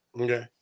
Okay